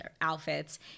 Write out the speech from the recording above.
outfits